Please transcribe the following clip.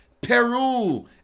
Peru